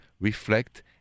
reflect